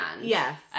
Yes